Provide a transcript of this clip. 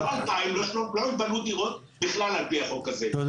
לא ייבנו דירות בכלל על פי החוק הזה.